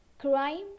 crime